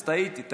אז טעיתי.